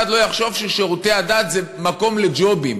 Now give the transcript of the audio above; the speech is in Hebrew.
לא יחשוב ששירותי הדת זה מקום לג'ובים,